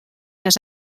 les